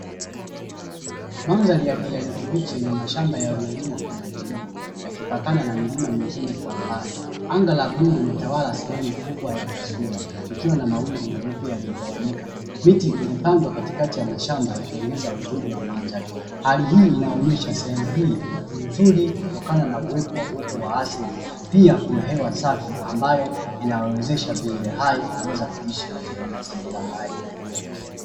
Mandhari ya kijani kibichi yenye mashamba yaliyolimwa kwenye vilima yakipakana na milima mingine kwa mbali, anga la bluu limetawala sehemu kubwa ya taswira ikiwa na mawingu meupe yaliyotawanyika, miti imepandwa katikati ya mashamba ikiongeza uzuri wa mandhari. Hali hii inaonyesha sehemu hii ni nzuri kutokana na uwepo wa uoto wa asili pia kuna hewa safi ambayo iinawawezesha viumbe hai kuweza kuishi katika mazingira hayo.